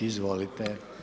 Izvolite.